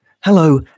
Hello